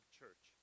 church